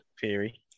Theory